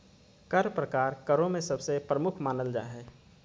कर प्रकार करों में सबसे प्रमुख मानल जा हय